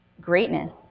greatness